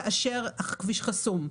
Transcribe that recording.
כאשר הכביש חסום,